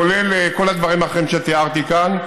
כולל כל הדברים האחרים שתיארתי כאן,